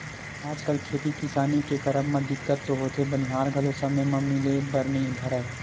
आजकल खेती किसानी के करब म दिक्कत तो होथे बनिहार घलो समे म मिले बर नइ धरय